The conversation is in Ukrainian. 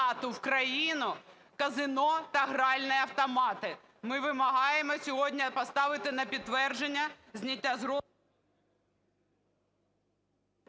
Дякую.